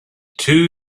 two